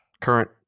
current